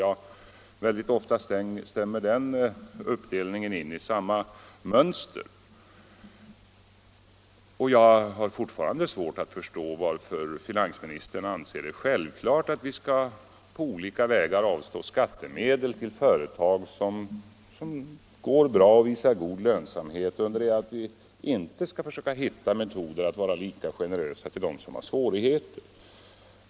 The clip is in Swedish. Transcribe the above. Ja, väldigt ofta stämmer den uppdelningen in i samma mönster, men jag har fortfarande svårt att förstå varför finansministern anser det självklart att vi på olika vägar skall avstå skattemedel till företag som går bra och visar god lönsamhet under det att vi inte skall försöka hitta metoder att vara lika generösa mot dem som har svårigheter.